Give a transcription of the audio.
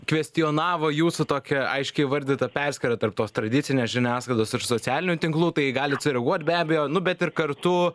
kvestionavo jūsų tokią aiškiai įvardytą perskyrą tarp tos tradicinės žiniasklaidos ir socialinių tinklų tai galit sureaguot be abejo nu bet ir kartu